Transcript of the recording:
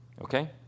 Okay